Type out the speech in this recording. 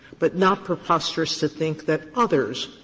but not preposterous to think that others